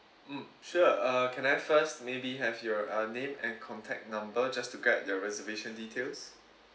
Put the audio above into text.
mm sure uh can I first maybe have your uh name and contact number just to grab your reservation details